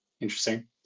Interesting